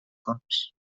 cops